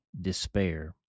despair